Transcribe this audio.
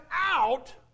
out